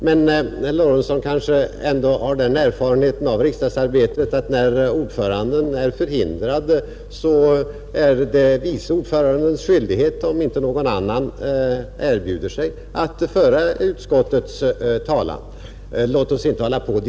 Men herr Lorentzon kanske ändå har den erfarenheten av riksdagsarbetet att när ordföranden i ett utskott är förhindrad att närvara är det vice ordförandens skyldighet, om inte någon annan erbjuder sig, att föra utskottets talan, Låt oss inte diskutera detta längre!